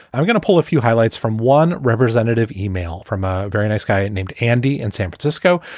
i'm gonna pull a few highlights from one representative email from a very nice guy named andy in san francisco.